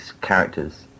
characters